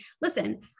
listen